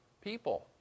people